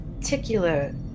particular